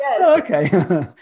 Okay